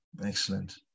excellent